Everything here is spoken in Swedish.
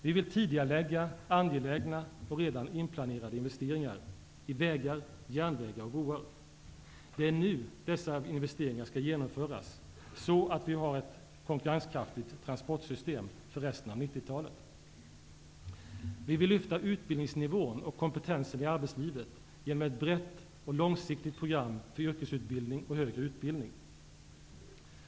Vi vill tidigarelägga angelägna och redan inplanerade investeringar i vägar, järnvägar och broar. Det är nu dessa investeringar skall genomföras så att vi har ett konkurrenskraftigt transportsystem för resten av 1990-talet. Vi vill lyfta utbildningsnivån och kompetensen i arbetslivet genom ett brett och långsiktigt program för yrkesutbildning och högre utbildning.